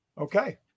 Okay